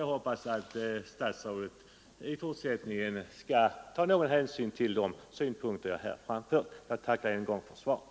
Jag hoppas därför att statsrådet i fortsättningen skall ta någon hänsyn till de synpunkter jag här framfört. Jag tackar än en gång för svaret.